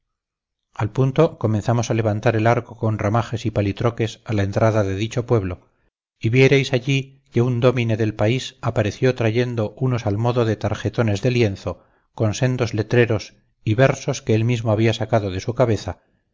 al punto comenzamos a levantar el arco con ramajes y palitroques a la entrada de dicho pueblo y vierais allí que un dómine del país apareció trayendo unos al modo de tarjetones de lienzo con sendos letreros y versos que él mismo había sacado de su cabeza